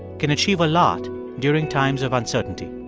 can achieve a lot during times of uncertainty